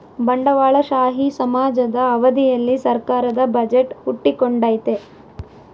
ಬಂಡವಾಳಶಾಹಿ ಸಮಾಜದ ಅವಧಿಯಲ್ಲಿ ಸರ್ಕಾರದ ಬಜೆಟ್ ಹುಟ್ಟಿಕೊಂಡೈತೆ